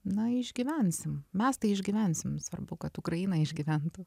na išgyvensim mes tai išgyvensim svarbu kad ukraina išgyventų